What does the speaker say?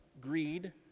greed